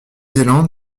zélande